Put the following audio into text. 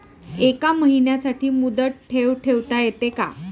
एका महिन्यासाठी मुदत ठेव ठेवता येते का?